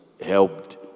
helped